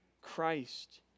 Christ